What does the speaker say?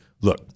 look